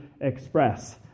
express